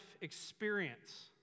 experience